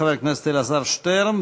חבר הכנסת אלעזר שטרן,